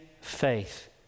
faith